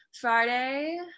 Friday